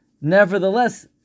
nevertheless